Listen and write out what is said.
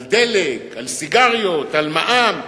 על דלק, על סיגריות, על מע"מ.